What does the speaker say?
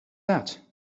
that